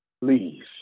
please